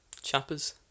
Chappers